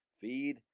feed